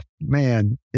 man